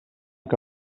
que